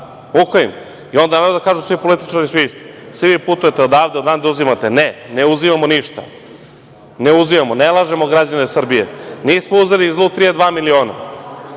i onda kažu - svi političari su isti, svi vi putujete odavde, odande, uzimate. Ne. Ne uzimamo ništa. Ne uzimamo, ne lažemo građane Srbije. Nismo uzeli iz Lutrije dva miliona.